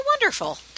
wonderful